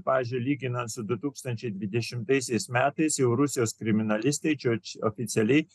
pavyzdžiui lyginant su du tūkstančiai dvidešimtaisiais metais jau rusijos kriminalistai oficialiai